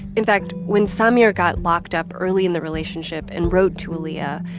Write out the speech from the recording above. in fact, when samire got locked up early in the relationship and wrote to aaliyah,